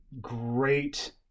great